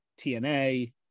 TNA